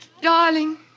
Darling